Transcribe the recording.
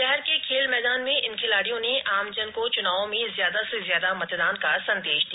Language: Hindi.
शहर के खेल मैदान में इन खिलाडियों ने आमजन को चुनाव में ज्यादा से ज्यादा मतदान का संदेश दिया